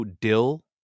dill